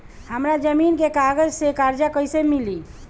हमरा जमीन के कागज से कर्जा कैसे मिली?